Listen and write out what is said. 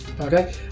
okay